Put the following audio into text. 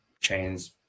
chains